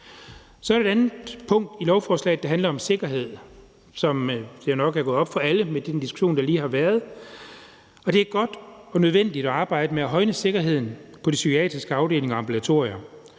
Så er der et andet punkt i lovforslaget, der handler om sikkerhed, som det nok er gået op for alle med den diskussion, der lige har været. Det er godt og nødvendigt at arbejde med at højne sikkerheden på de psykiatriske afdelinger og ambulatorier.